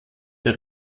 der